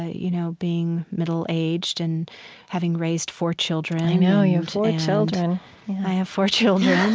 ah you know, being middle-aged and having raised four children, i know. you have four children i have four children and,